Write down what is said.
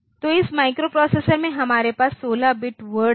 तो इस माइक्रोप्रोसेसर में हमारे पास 16 बिट वर्ड थे